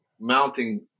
mounting